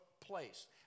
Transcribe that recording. place